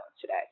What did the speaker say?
today